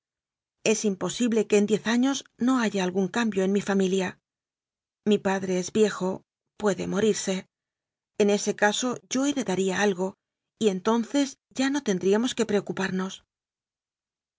impo sible que en diez años no haya algún cambio en mi familia mi padre es viejo puede morirse en ese caso yo heredaría algo y entonces ya no ten dríamos que preocuparnos